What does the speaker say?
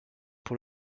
pour